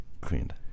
cleaned